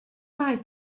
mae